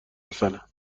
مثلا